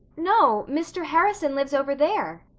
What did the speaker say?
no, mr. harrison lives over there,